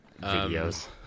videos